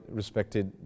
respected